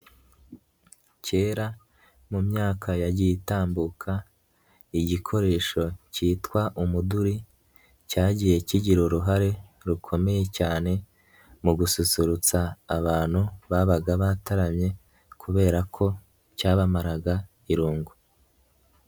Kera mu myaka yagiye itambuka, igikoresho kitwa umuduri cyagiye kigira uruhare rukomeye cyane mu gususurutsa abantu babaga bataramye, kubera ko cyabamaraga irungu.